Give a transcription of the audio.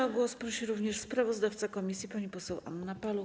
O głos prosi również sprawozdawca komisji pani poseł Anna Paluch.